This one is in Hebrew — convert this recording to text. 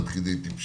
עד כדי טיפשיות,